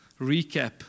recap